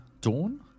Dawn